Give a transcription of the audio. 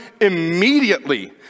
Immediately